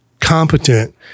competent